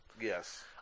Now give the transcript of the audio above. Yes